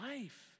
life